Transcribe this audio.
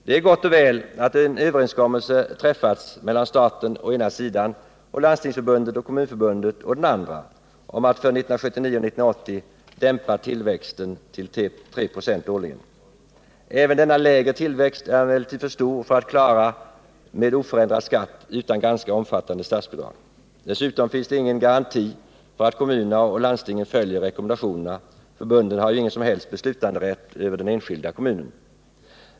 Det är gott och väl att en överenskommelse träffats mellan staten å ena sidan och Landstingsförbundet och Kommunförbundet å den andra om att för 1979 och 1980 dämpa tillväxten till 3 96 årligen. Även denna lägre tillväxt är emellertid för stor för att klara med oförändrad skatt utan ganska omfattande statsbidrag. Dessutom finns det ingen garanti för att kommunerna och landstingen följer rekommendationerna. Förbunden har ju ingen som helst beslutanderätt över den enskilda kommunen.